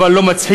אבל לא מצחיק,